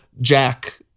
Jack